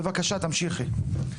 בבקשה, תמשיכי.